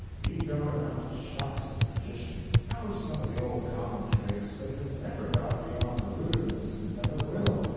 he don't amount to shucks, as a magician knows some of the old common tricks, but has never got beyond the rudiments, and never will.